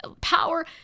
power